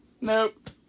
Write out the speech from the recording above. Nope